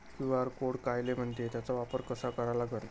QR code कायले म्हनते, त्याचा वापर कसा करा लागन?